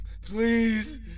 please